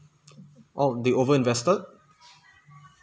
oh they over invested